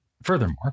Furthermore